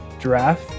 giraffe